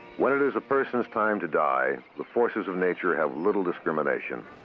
when it is a person's time to die, the forces of nature have little discrimination.